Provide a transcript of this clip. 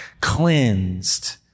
cleansed